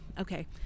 okay